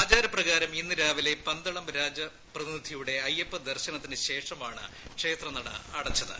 ആചാര പ്രകാരം ഇന്ന് രാവിലെ പന്തളം രാജ പ്രതിനിധിയുടെ അയ്യപ്പ ദർശനത്തിനു ശേഷമാണ് ക്ഷേത്രനട അടച്ചത്